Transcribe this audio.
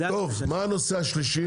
טוב, מה הנושא השלישי?